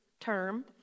term